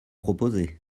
proposez